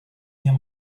near